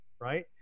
Right